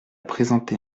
présenté